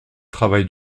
travail